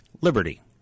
Liberty